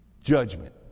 judgment